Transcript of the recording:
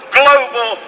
global